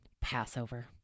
Passover